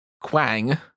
Quang